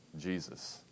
Jesus